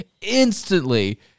Instantly